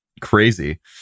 crazy